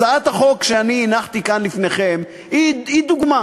הצעת החוק שאני הנחתי כאן לפניכם היא דוגמה.